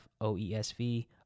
OESV